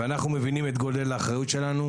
ואנחנו מבינים את גודל האחריות שלנו.